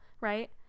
right